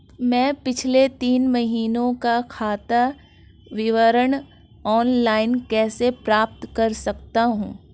मैं पिछले तीन महीनों का खाता विवरण ऑनलाइन कैसे प्राप्त कर सकता हूं?